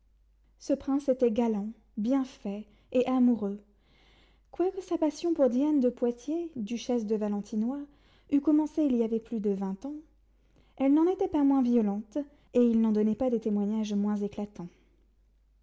ce prince était galant bien fait et amoureux quoique sa passion pour diane de poitiers duchesse de valentinois eût commencé il y avait plus de vingt ans elle n'en était pas moins violente et il n'en donnait pas des témoignages moins éclatants